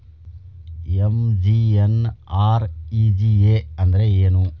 MGNREGA ಅಂದ್ರೆ ಏನು?